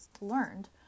learned